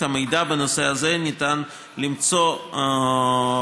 את המידע בנושא הזה ניתן למצוא בתוך